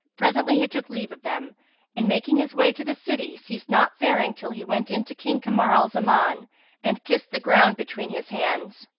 presently he took leave of them and, making his way to the city, ceased not faring till he went in to king kamar al-zaman and kissed the ground between his hands.